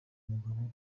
umugabo